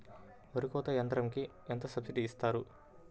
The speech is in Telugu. వరి కోత యంత్రంకి ఎంత సబ్సిడీ ఇస్తారు?